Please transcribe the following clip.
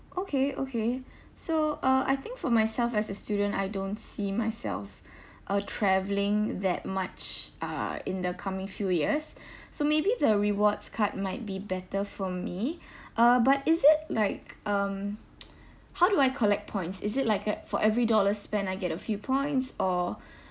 okay okay so uh I think for myself as a student I don't see myself uh travelling that much uh in the coming few years so maybe the rewards card might be better for me uh but is it like um how do I collect points is it like uh for every dollar spent I get a few points or